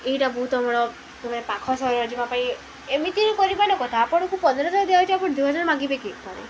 ଏଇଟା ବହୁତ ଆମର ମାନେ ପାଖ ସହର ଯିବା ପାଇଁ ଏମିତିରେ କରିବାନକଥା ଆପଣଙ୍କୁ ପନ୍ଦରଶହ ଦିଆଯଉଚି ଆପଣ ଦୁଇହଜାର ମାଗିବେ କିି କରେ